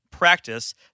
practice